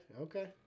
Okay